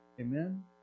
Amen